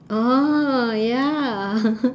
oh ya